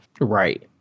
Right